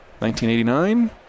1989